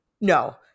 No